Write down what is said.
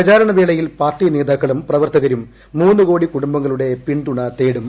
പ്രചാരണവേളയിൽ പാർട്ടി നേതാക്കളും പ്രവർത്തകരും മൂന്ന് കോടി കുടുംബങ്ങളുടെ പിന്തുണ തേടും